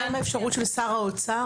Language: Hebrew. מה עם האפשרות של שר האוצר?